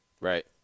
Right